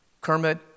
Kermit